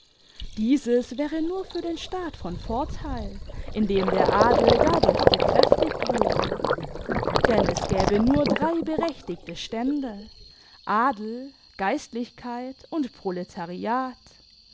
dieses wäre nur für den staat von vorteil indem der adel dadurch gekräftigt würde denn es gäbe nur drei berechtigte stände adel geistlichkeit und proletariat